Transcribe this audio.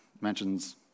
mentions